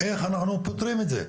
איך אנחנו פותרים את זה.